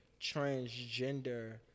Transgender